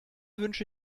wünsche